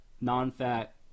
non-fat